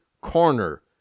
corner